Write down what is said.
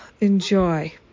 enjoy